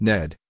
Ned